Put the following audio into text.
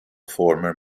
former